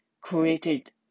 created